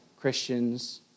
Christians